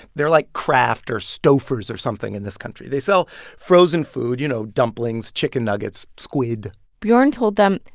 they're like kraft or stouffer's or something in this country. they sell frozen food you know, dumplings, chicken nuggets, squid bjorn told them,